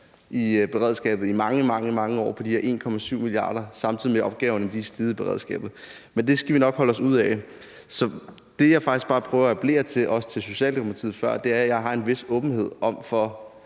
i beredskabet i mange, mange år på de her 1,7 mia. kr., samtidig med at opgaverne i beredskabet er steget, men det skal vi nok holde os ude af. Det, jeg faktisk bare prøver at appellere til, som jeg også gjorde til Socialdemokratiet før, er en vis åbenhed for,